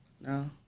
No